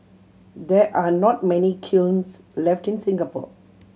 there are not many kilns left in Singapore